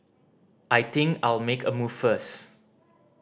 I think I'll make a move first